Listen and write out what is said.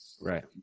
Right